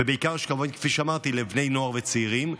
ובעיקר כמובן בני נוער וצעירים.